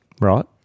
Right